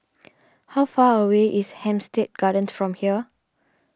how far away is Hampstead Gardens from here